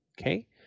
Okay